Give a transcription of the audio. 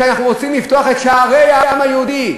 שאנחנו רוצים באמצעותם לפתוח את שערי העם היהודי.